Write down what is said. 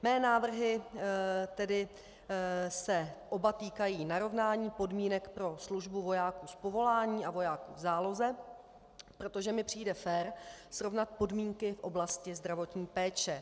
Mé návrhy se oba týkají narovnání podmínek pro službu vojáků z povolání a vojáků v záloze, protože mi přijde fér srovnat podmínky v oblasti zdravotní péče.